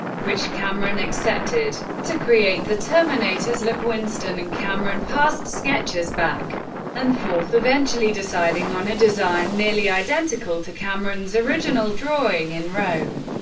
which cameron accepted. to create the terminator's look, winston and cameron passed sketches back and forth, eventually deciding on a design nearly identical to cameron's original drawing in rome.